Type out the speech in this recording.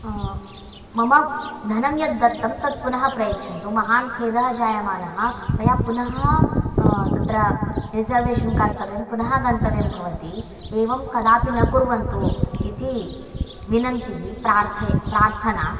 मम धनं यत् दत्तं तत् पुनः प्रयच्छन्तु महान् खेदः जायमानः पुनः तत्र रिसर्वेशन् कर्तव्यं पुनः गन्तव्यं भवति एवं कदापि न कुर्वन्तु इति विनन्तिः प्रार्थय प्रार्थना